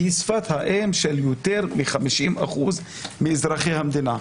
היא שפת אם של יותר מ-50% מאזרחי המדינה.